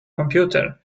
computer